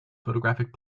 photographic